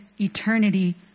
eternity